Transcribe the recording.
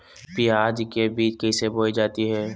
प्याज के बीज कैसे बोई जाती हैं?